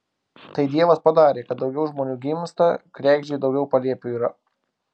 tai dievas padarė kad daugiau žmonių gimsta kregždei daugiau palėpių yra